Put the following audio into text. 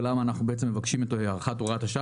ולמה אנחנו מבקשים את הארכת הוראת השעה